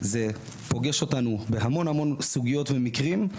זה פוגש אותנו בהמון המון סוגיות ומקרים.